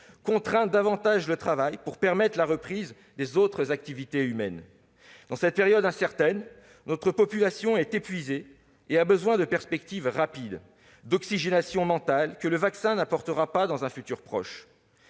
contraindre davantage le travail pour permettre la reprise des autres activités humaines. Dans cette période incertaine, notre population est épuisée et a besoin de perspectives rapides, d'oxygénation mentale, que le vaccin n'apportera pas dans un futur proche.